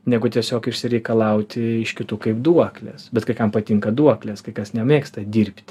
negu tiesiog išsireikalauti iš kitų kaip duoklės bet kai kam patinka duoklės kai kas nemėgsta dirbt